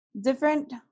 different